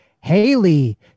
Haley